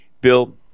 Bill